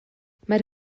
mae